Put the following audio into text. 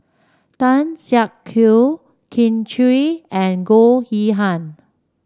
Tan Siak Kew Kin Chui and Goh Yihan